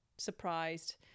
surprised